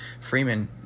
Freeman